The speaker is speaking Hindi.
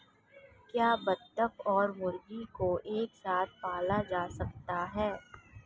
क्या बत्तख और मुर्गी को एक साथ पाला जा सकता है?